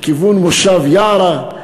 לכיוון מושב יערה,